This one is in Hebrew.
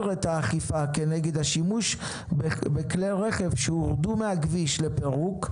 את האכיפה כנגד השימוש בכלי הרכב שהורדו מהכביש לפירוק,